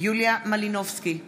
יוליה מלינובסקי,